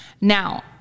Now